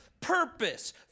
purpose